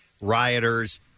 rioters